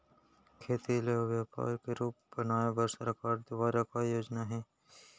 खेती ल व्यापार के रूप बनाये बर सरकार दुवारा का का योजना हे?